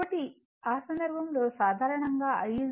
కాబట్టి ఆ సందర్భంలో సాధారణంగా I